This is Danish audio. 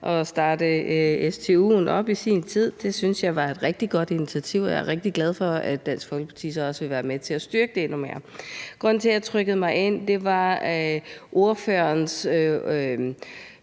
at starte stu'en op i sin tid. Det synes jeg var et rigtig godt initiativ, og jeg er rigtig glad for, at Dansk Folkeparti så også vil være med til at styrke det endnu mere. Grunden til, at jeg trykkede mig ind, var, at ordføreren